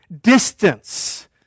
distance